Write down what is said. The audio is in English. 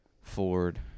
Ford